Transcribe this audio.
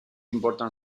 important